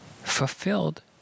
fulfilled